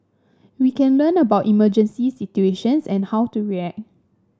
we can learn about emergency situations and how to react